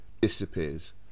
disappears